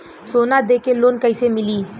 सोना दे के लोन कैसे मिली?